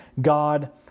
God